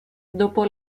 dopo